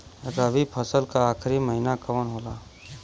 रवि फसल क आखरी महीना कवन होला?